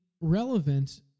relevant